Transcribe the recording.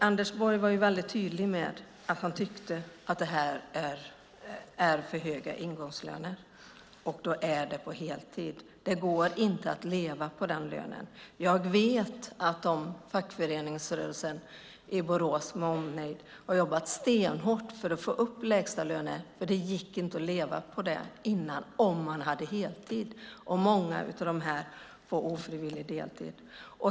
Anders Borg var ju väldigt tydlig med att han tycker att det här är för höga ingångslöner, och då är det för heltid. Det går inte att leva på en sådan lön. Jag vet att fackföreningsrörelsen i Borås med omnejd har jobbat stenhårt för att få upp lägstalönerna, för det gick inte att leva på dem ens om man hade heltid, och många har ofrivillig deltid.